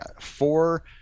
four